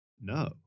No